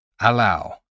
allow